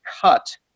cut